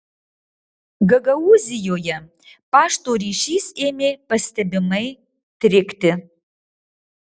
gagaūzijoje pašto ryšys ėmė pastebimai trikti